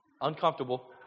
uncomfortable